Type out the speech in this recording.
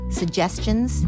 suggestions